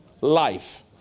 Life